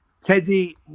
Teddy